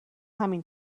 همین